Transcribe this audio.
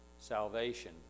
salvation